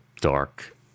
dark